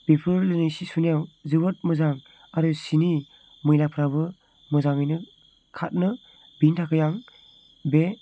बिफोरो जोंनि सि सुनायाव जोबोद मोजां आरो सिनि मैलाफोराबो मोजाङै खारो बिनि थाखायनो आं बे